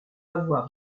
avoir